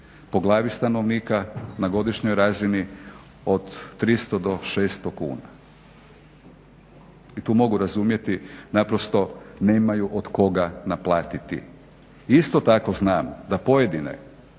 po glavi stanovnika na godišnjoj razini od 300 do 600 kuna. I to mogu razumjeti, naprosto nemaju od koga naplatiti. Isto tako znam da pojedine